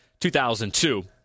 2002